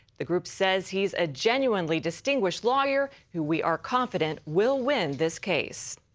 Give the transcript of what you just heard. the group says he is a genuinely distinguished lawyer. who we are confident will win this case.